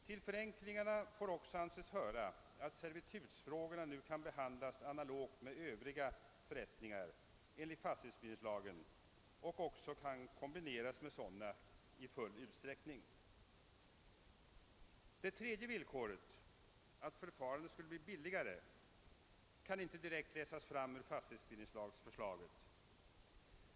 Till förenklingarna får också anses höra att servitutsfrågorna nu kan behandlas analogt med övriga förrättningar enligt fastighetsbildningslagen och även i full utsträckning kan kombineras med sådana. Att det tredje villkoret — att förfarandet skulle bli billigare — skulle kunna uppfyllas kan man inte direkt utläsa av förslaget till fastighetsbildningslag.